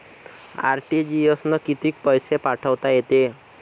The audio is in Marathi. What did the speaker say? आर.टी.जी.एस न कितीक पैसे पाठवता येते?